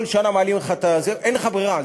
כל שנה מעלים לך את אין לך ברירה.